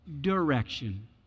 direction